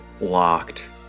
locked